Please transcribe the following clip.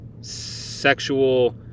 sexual